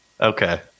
Okay